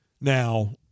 now